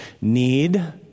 need